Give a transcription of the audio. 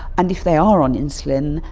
and if they are on insulin,